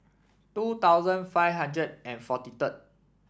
two thousand five hundred and forty third